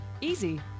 Easy